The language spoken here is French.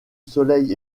soleil